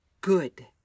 good